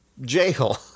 jail